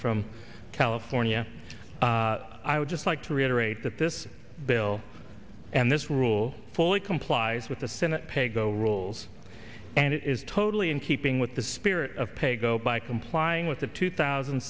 from california i would just like to reiterate that this bill and this rule fully complies with the senate paygo rules and is totally in keeping with the spirit of paygo by complying with the two thousand